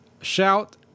shout